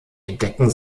entdecken